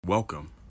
Welcome